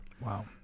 Wow